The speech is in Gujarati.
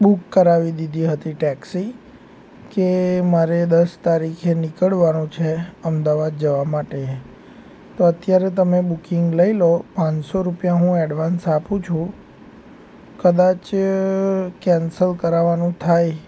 બુક કરાવી દીધી હતી ટેક્સી કે મારે દસ તારીખે નીકળવાનું છે અમદાવાદ જવા માટે તો અત્યારે તમે બુકિંગ લઈ લો પાંચસો રૂપિયા હું એડવાન્સ આપું છું કદાચ કેન્સલ કરાવવાનું થાય